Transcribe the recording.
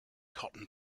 cotton